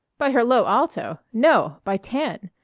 by her low alto! no, by tan!